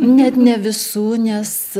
net ne visų nes